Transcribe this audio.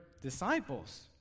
disciples